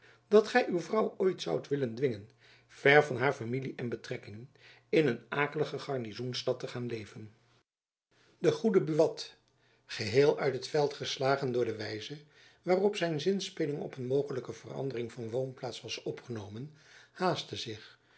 dat gy uw vrouw ooit zoudt willen dwingen ver van haar familie en betrekkingen in een akelige garnizoenstad te gaan leven de goede buat geheel uit het veld geslagen door de wijze waarop zijn zinspeling op een mogelijke verandering van woonplaats was opgenomen haastte zich